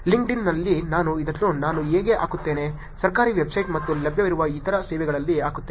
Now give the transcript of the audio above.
ಲಿಂಕ್ಡ್ಇನ್ನಲ್ಲಿ ನಾನು ಇದನ್ನು ನಾನು ಹಾಗೆ ಹಾಕುತ್ತೇನೆ ಸರ್ಕಾರಿ ವೆಬ್ಸೈಟ್ ಮತ್ತು ಲಭ್ಯವಿರುವ ಇತರ ಸೇವೆಗಳಲ್ಲಿ ಹಾಕುತ್ತೇನೆ